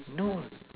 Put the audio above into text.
no